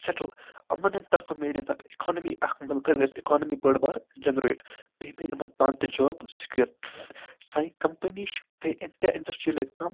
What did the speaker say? settle یِمَن ہٕنٛدِ طرفہٕ میلہِ اتھ اِکانمی اکھ مُلکَس گژھِ اِکانمی بٔڈ بارٕ جَنریٹ بیٚیہِ میلہِ یِمَن پانہٕ تہِ جاب سِکیور سانہِ کَمپٔنی چھِ بے اِنتِہا اِنڈَسٹِرٛیل ییٚتہِ کَم